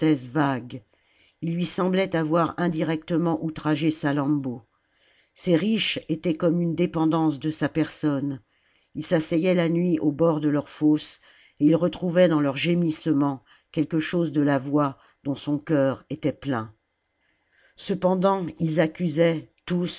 vague ii lui semblait avoir indirectement outragé salammbô ces riches étaient comme une dépendance de sa personne ii s'asseyait la nuit au bord de leur fosse et il retrouvait dans leurs gémissements quelque chose de la voix dont son cœur était plein cependant ils accusaient tous